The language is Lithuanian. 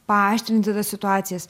paaštrinti tas situacijas